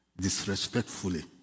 disrespectfully